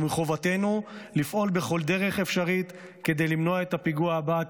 ומחובתנו לפעול בכל דרך אפשרית כדי למנוע את הפיגוע הבא,